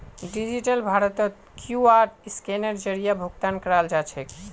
digital भारतत QR scanner जरीए भुकतान कराल जाछेक